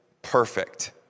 perfect